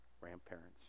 grandparents